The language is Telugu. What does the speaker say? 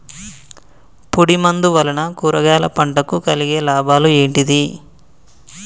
పొడిమందు వలన కూరగాయల పంటకు కలిగే లాభాలు ఏంటిది?